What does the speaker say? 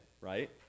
right